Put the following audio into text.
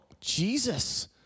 Jesus